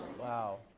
wow.